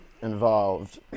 involved